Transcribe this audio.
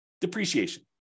depreciation